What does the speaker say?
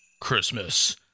christmas